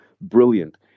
brilliant